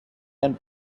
and